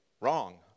wrong